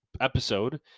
episode